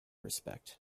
respect